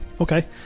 okay